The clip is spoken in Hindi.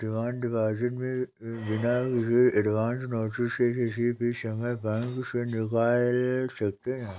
डिमांड डिपॉजिट बिना किसी एडवांस नोटिस के किसी भी समय बैंक से निकाल सकते है